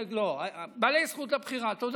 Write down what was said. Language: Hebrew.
בעלי זכות הבחירה, תודה,